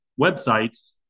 websites